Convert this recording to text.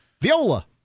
viola